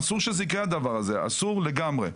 אסור שזה יקרה הדבר הזה אסור לגמרי.